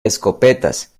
escopetas